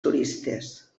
turistes